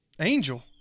Angel